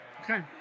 Okay